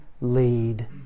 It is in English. Lead